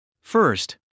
First